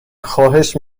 خواهش